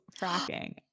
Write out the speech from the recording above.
fracking